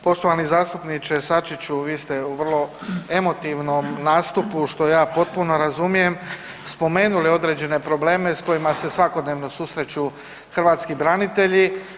Poštovani zastupniče Sačiću, vi ste u vrlo emotivnom nastupu, što ja potpuno razumijem, spomenuli određene probleme s kojima se svakodnevno susreću hrvatski branitelji.